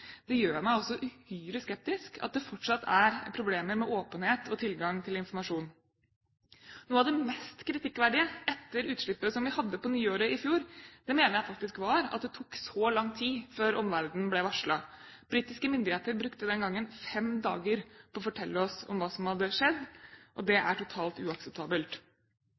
Det gjør meg også uhyre skeptisk at det fortsatt er problemer med åpenhet og tilgang til informasjon. Noe av det mest kritikkverdige etter utslippet som vi hadde på nyåret i fjor, mener jeg faktisk var at det tok så lang tid før omverdenen ble varslet. Britiske myndigheter brukte den gangen fem dager på å fortelle oss om hva som hadde skjedd, og det er totalt uakseptabelt.